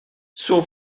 suo